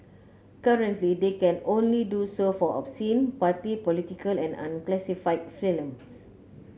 currently they can only do so for obscene party political and unclassified films